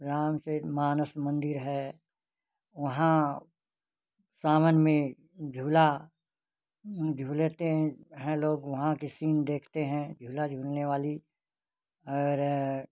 रामचरितमानस मंदिर है वहाँ सावन में झूला झूलते हैं लोग वहाँ के सीन देखते हैं झूला झूलने वाली और